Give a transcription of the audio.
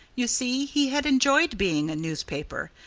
you see, he had enjoyed being a newspaper,